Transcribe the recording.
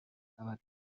عملکرد